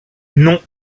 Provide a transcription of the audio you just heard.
non